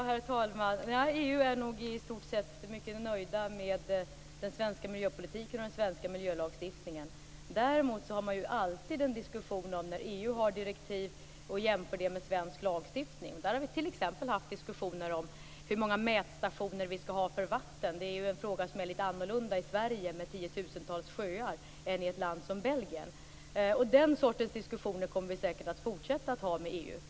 Herr talman! EU är nog i stort sett mycket nöjd med den svenska miljöpolitiken och den svenska miljölagstiftningen. Däremot förs det alltid en diskussion om EU:s direktiv jämfört med svensk lagstiftning. Vi har t.ex. fört diskussioner om hur många mätstationer som det skall finnas för vatten. Det är ju en fråga som är litet annorlunda när det gäller Sverige med tiotusentals sjöar jämfört med ett land som Belgien. Den sortens diskussioner kommer vi säkert att fortsätta att föra med EU.